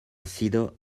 sido